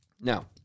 Now